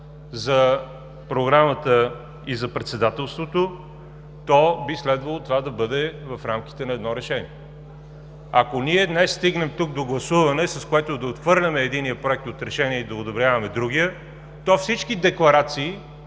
за Програмата и за председателството, то би следвало това да бъде в рамките на едно решение. Ако днес стигнем тук до гласуване, с което да отхвърлим единия Проект на решение и да одобрим другия, то всички декларации,